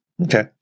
Okay